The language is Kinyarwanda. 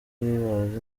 bazi